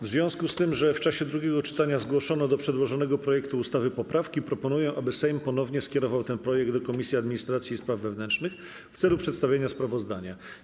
W związku z tym, że w czasie drugiego czytania zgłoszono do przedłożonego projektu ustawy poprawki, proponuję, aby Sejm ponownie skierował ten projekt do Komisji Administracji i Spraw Wewnętrznych w celu przedstawienia sprawozdania.